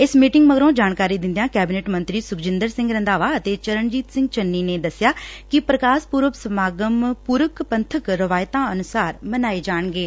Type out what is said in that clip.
ਇਸ ਮੀਟਿੰਗ ਮਗਰੋਂ ਜਾਣਕਾਰੀ ਦਿੰਦਿਆਂ ਕੈਬਨਿਟ ਮੰਤਰੀ ਸੁਖਜਿੰਦਰ ਸਿੰਘ ਰੰਧਾਵਾ ਅਤੇ ਚਰਨਜੀਤ ਸਿੰਘ ਚੰਨੀ ਨੇ ਦੱਸਿਆ ਕਿ ਪੁਕਾ ਸ਼ ਪੂਰਬ ਸਮਾਗਮ ਪੂਰਨ ਪੰਬਕ ਰਵਾਇਤਾਂ ਅਨੁਸਾਰ ਮਨਾਏ ਜਾਣਗੇ